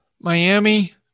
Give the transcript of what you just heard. Miami